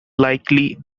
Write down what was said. likely